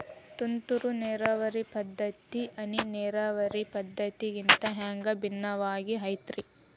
ತುಂತುರು ನೇರಾವರಿ ಪದ್ಧತಿ, ಹನಿ ನೇರಾವರಿ ಪದ್ಧತಿಗಿಂತ ಹ್ಯಾಂಗ ಭಿನ್ನವಾಗಿ ಐತ್ರಿ?